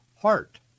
heart